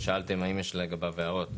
שאלתם האם יש הערות לסעיף.